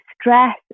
stress